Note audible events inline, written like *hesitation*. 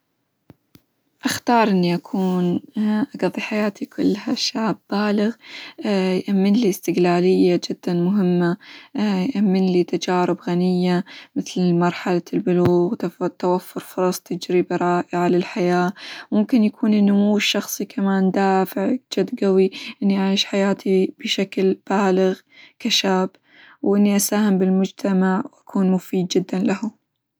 أختار إني أكون أقظي حياتي كلها شاب بالغ *hesitation* يأمن لي استقلالية جدًا مهمة، *hesitation* يأمن لي تجارب غنية، مثل مرحلة البلوغ -تو- توفر فرص تجربة رائعة للحياة، ممكن يكون النمو الشخصي كمان دافع جد قوي إني أعيش حياتي بشكل بالغ كشاب، وإني أساهم بالمجتمع، وأكون مفيد جدًا له.